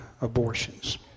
abortions